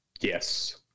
Yes